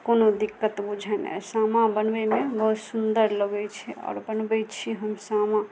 कोनो दिक्कत बुझै नहि सामा बनबैमे बहुत सुन्दर लगै छै आओर बनबै छी हम सामा